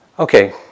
Okay